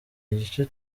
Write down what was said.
igice